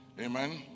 Amen